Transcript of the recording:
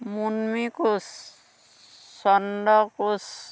Munmi Koch Chandra Koch